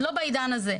לא בעידן הזה.